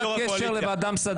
לוועדה המסדרת?